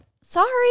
sorry